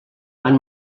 van